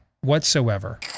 whatsoever